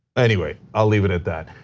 anyway, i'll leave it at that.